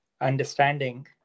understanding